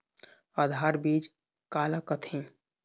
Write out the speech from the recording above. आधार बीज का ला कथें?